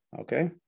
okay